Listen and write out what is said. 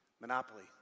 Monopoly